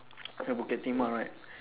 at bukit timah right